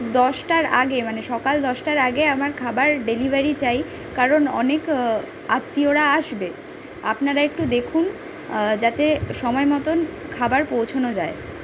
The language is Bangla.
দশটার আগে মানে সকাল দশটার আগে আমার খাবার ডেলিভারি চাই কারণ অনেক আত্মীয়রা আসবে আপনারা একটু দেখুন যাতে সময় মতন খাবার পৌঁছোনো যায়